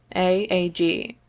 a. a. g.